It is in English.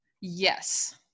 Yes